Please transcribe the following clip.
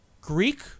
Greek